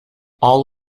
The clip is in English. all